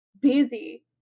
busy